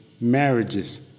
marriages